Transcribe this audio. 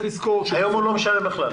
היום הוא לא משלם בכלל?